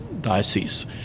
diocese